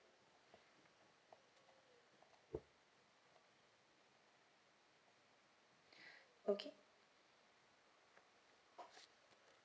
okay